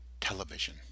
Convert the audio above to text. television